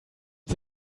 uns